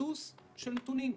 ביסוס של נתונים.